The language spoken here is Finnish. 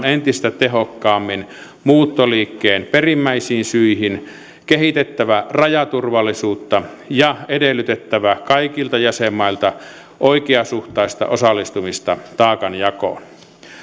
entistä tehokkaammin muuttoliikkeen perimmäisiin syihin kehitettävä rajaturvallisuutta ja edellytettävä kaikilta jäsenmailta oikeasuhtaista osallistumista taakanjakoon